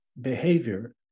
behavior